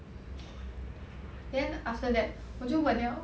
then after that 我就问 liao